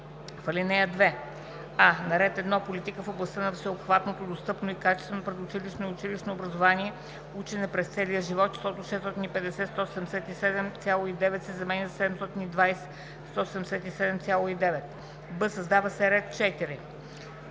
В ал. 2: а) на ред 1. „Политика в областта на всеобхватното, достъпно и качествено предучилищно и училищно образование. Учене през целия живот“ числото „650 177,9“ се заменя със „720 177,9“; б) създава се ред 4: